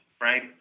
right